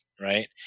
right